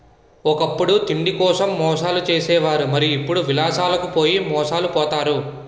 ఒకప్పుడు తిండికోసం మోసాలు చేసే వారు మరి ఇప్పుడు విలాసాలకు పోయి మోసాలు పోతారు